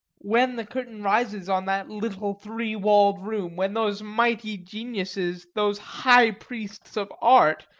when the curtain rises on that little three-walled room, when those mighty geniuses, those high-priests of art,